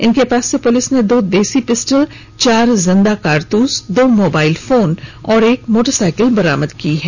इनके पास से पुलिस ने दो देसी पिस्टल चार जिंदा कारतूस दो मोबाइल फोन और एक मोटरसाइकिल बरामद किया है